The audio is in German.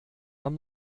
man